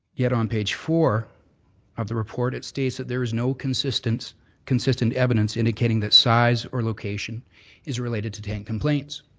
yet, on page four of the report it states that there is no consistent consistent evidence indicating that size or location is related to tent complaints.